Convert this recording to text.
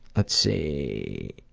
let's see.